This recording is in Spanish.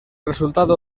resultado